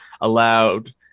allowed